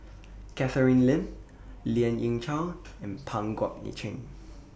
Catherine Lim Lien Ying Chow and Pang Guek Cheng